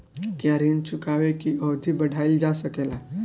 क्या ऋण चुकाने की अवधि बढ़ाईल जा सकेला?